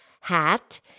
hat